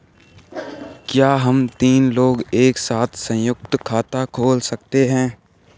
क्या हम तीन लोग एक साथ सयुंक्त खाता खोल सकते हैं?